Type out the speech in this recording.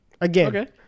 Again